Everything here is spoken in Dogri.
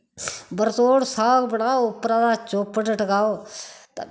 बरतोड़ साग बनाओ उप्परा दा चोपड़ टकाओ